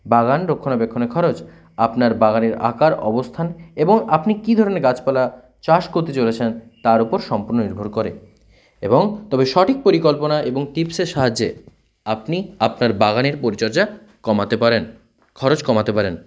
বাগান রক্ষণাবেক্ষণের খরচ আপনার বাগানের আকার অবস্থান এবং আপনি কী ধরনের গাছপালা চাষ করতে চলেছেন তার ওপর সম্পূর্ণভাবে নির্ভর করে এবং তবে সঠিক পরিকল্পনা এবং টিপসের সাহায্যে আপনি আপনার বাগানের পরিচর্যা কমাতে পারেন খরচ কমাতে পারেন